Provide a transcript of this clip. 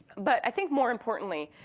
but i think more importantly,